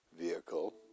vehicle